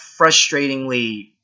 frustratingly